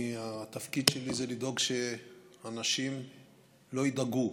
אני, התפקיד שלי זה לדאוג שאנשים לא ידאגו.